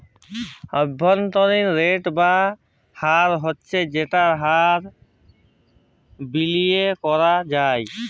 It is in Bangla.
অব্ভন্তরীন রেট বা হার হচ্ছ যেই হার বিলিয়গে করাক হ্যয়